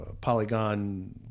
Polygon